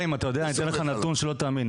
חיים, אני אתן לך נתון שלא תאמין.